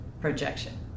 projection